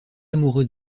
amoureux